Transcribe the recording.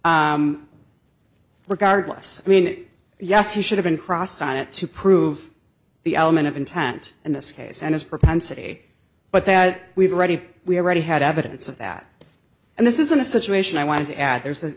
regardless i mean yes he should have been crossed on it to prove the element of intent in this case and his propensity but that we've already we already had evidence of that and this isn't a situation i want to add there's a